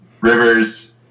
Rivers